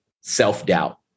self-doubt